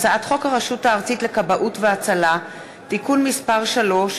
הצעת חוק הרשות הארצית לכבאות והצלה (תיקון מס' 3),